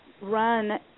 run